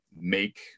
make